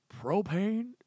propane